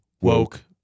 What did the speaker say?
Woke